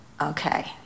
okay